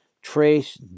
Trace